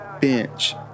bench